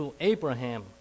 Abraham